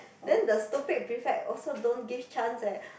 then the stupid prefect also don't give chance eh